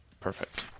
Perfect